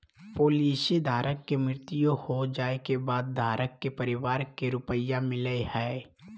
policy धारक के मृत्यु हो जाइ के बाद धारक के परिवार के रुपया मिलेय हइ